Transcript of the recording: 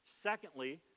Secondly